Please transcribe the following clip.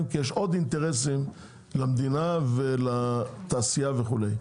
כי יש עוד אינטרסים למדינה ולתעשייה וכו'.